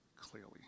clearly